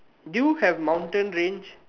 do you have mountain range